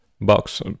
box